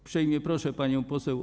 Uprzejmie proszę panią poseł.